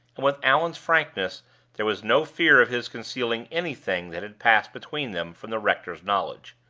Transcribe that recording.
with allan's frankness there was no fear of his concealing anything that had passed between them from the rector's knowledge.